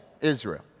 Israel